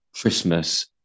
Christmas